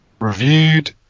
reviewed